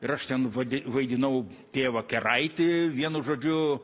ir aš ten vadi vaidinau tėvą keraitį vienu žodžiu